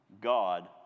God